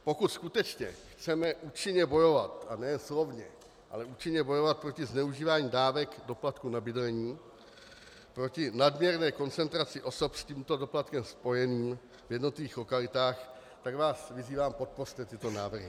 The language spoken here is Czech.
Pokud skutečně chceme účinně bojovat, a nejen slovně, ale účinně bojovat proti zneužívání dávek doplatku na bydlení, proti nadměrné koncentraci osob s tímto doplatkem spojeným v jednotlivých lokalitách, tak vás vyzývám, podpořte tyto návrhy.